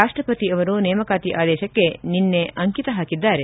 ರಾಷ್ಟಪತಿ ಅವರು ನೇಮಕಾತಿ ಆದೇಶಕ್ಕೆ ನಿನ್ನೆ ರಾತ್ರಿ ಅಂಕಿತ ಹಾಕಿದ್ದಾರೆ